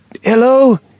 Hello